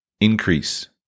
increase